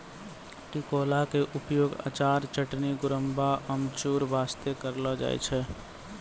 टिकोला के उपयोग अचार, चटनी, गुड़म्बा, अमचूर बास्तॅ करलो जाय छै